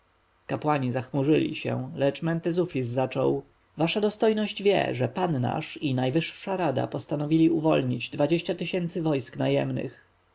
kapłani zachmurzyli się lecz mentezufis zaczął wasza dostojność wie że pan nasz i najwyższa rada postanowili uwolnić dwadzieścia tysięcy wojsk najemnych